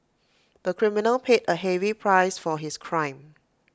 the criminal paid A heavy price for his crime